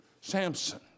Samson